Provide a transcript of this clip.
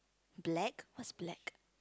black what's black